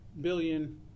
billion